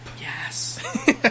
Yes